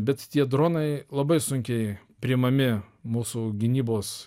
bet tie dronai labai sunkiai priimami mūsų gynybos